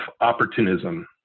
opportunism